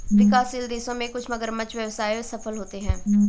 विकासशील देशों में कुछ मगरमच्छ व्यवसाय सफल होते हैं